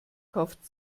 kauft